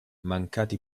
mancati